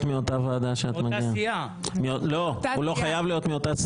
לא, הוא חייב להיות מאותה וועדה שאת מגיעה.